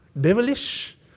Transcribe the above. devilish